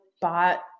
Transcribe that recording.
bought